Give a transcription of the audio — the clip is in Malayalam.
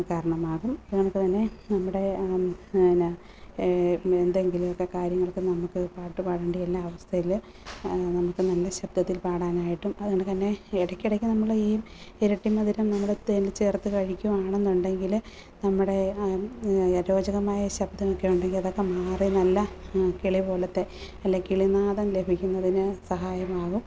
കാരണമാകും നമുക്ക് അതിനെ നമ്മുടെ പിന്നെ എന്തെങ്കിലും ഒക്കെ കാര്യങ്ങൾക്ക് നമുക്ക് പാട്ട് പാടണ്ടെതെല്ലാം അവസ്ഥയിൽ നമുക്ക് നല്ല ശബ്ദത്തിൽ പാടാനായിട്ടും അതുകൊണ്ടു തന്നെ ഇടയ്ക്കിടയ്ക്ക് നമ്മൾ ഈ ഇരട്ടിമധുരം നമ്മുടെ തേനിൽ ചേർത്ത് കഴിക്കുകയാണെന്നുണ്ടെങ്കിൽ നമ്മുടെ അരോചകമായ ശബ്ദമൊക്കെ ഉണ്ടെങ്കിൽ അതൊക്കെ മാറി നല്ല കിളി പോലത്തെ അല്ല കിളിനാദം ലഭിക്കുന്നതിന് സഹായമാകും